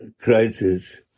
crisis